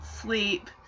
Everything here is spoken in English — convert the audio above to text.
sleep